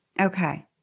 Okay